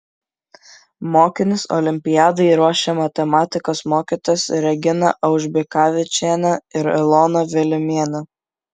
mokinius olimpiadai ruošė matematikos mokytojos regina aužbikavičienė ir ilona vilimienė